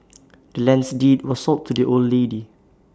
the land's deed was sold to the old lady